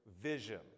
vision